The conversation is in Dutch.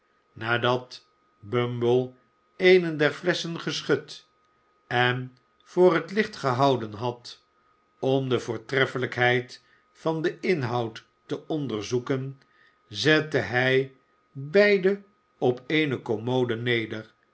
nadat bumble eene der flesschen geschud en voor het licht gehouden had om de voortreffelijkheid van den inhoud te onderzoeken zette hij beide op eene